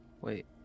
Wait